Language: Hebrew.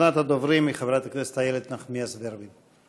אחרונת הדוברים היא חברת הכנסת איילת נחמיאס ורבין,